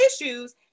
issues